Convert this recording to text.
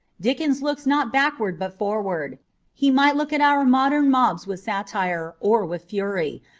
dickens looks not backward but forward he might look at our modern mobs with satire, or with fury,